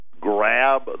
Grab